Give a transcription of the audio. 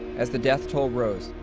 as the death toll rose,